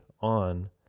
on